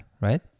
right